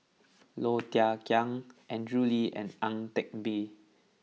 Low Thia Khiang Andrew Lee and Ang Teck Bee